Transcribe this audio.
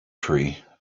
tree